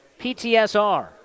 PTSR